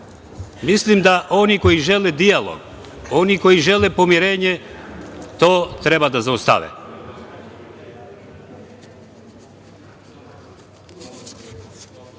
to? Mislim da oni koji žele dijalog, oni koji žele pomirenje to treba da zaustave. Poslanik